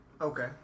Okay